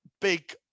big